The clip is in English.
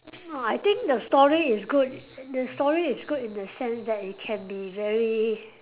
I think the story is good the story is good in the sense that it can be very